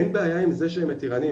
אין בעיה עם זה שהם מתירנים,